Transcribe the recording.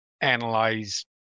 analyze